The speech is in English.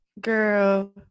Girl